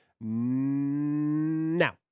now